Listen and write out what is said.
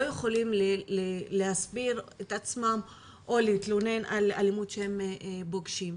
יכולים להסביר את עצמם או להתלונן על אלימות שהם חווים.